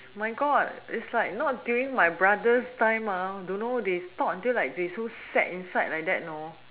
oh my god it's like not during my brother's time ah dunno they stop until like they so sad inside you know